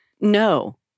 no